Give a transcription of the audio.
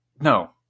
no